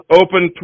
open